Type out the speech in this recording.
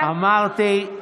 אמרתי,